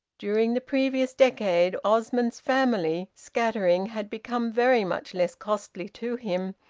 during the previous decade osmond's family, scattering, had become very much less costly to him,